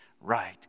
right